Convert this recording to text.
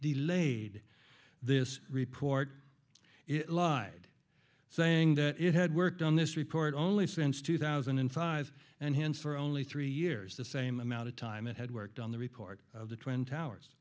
delayed this report it live saying that it had worked on this report only since two thousand and five and hence for only three years the same amount of time it had worked on the report of the twin towers